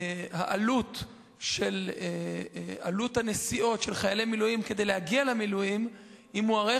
עלות הנסיעות של חיילי המילואים כדי להגיע למילואים מוערכת,